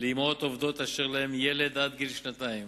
לאמהות עובדות אשר להן ילד עד גיל שנתיים.